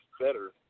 better